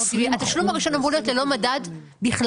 התשלום הראשון אמור להיות ללא מדד בכלל.